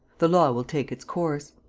the law will take its course.